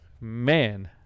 Man